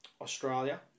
Australia